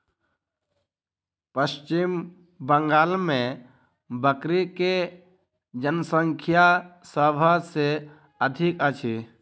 पश्चिम बंगाल मे बकरी के जनसँख्या सभ से अधिक अछि